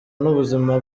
n’ubuzima